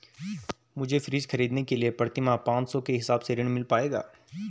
मुझे फ्रीज खरीदने के लिए प्रति माह पाँच सौ के हिसाब से ऋण मिल पाएगा?